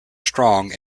strong